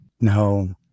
No